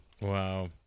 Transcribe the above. wow